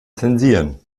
zensieren